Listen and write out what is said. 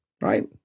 Right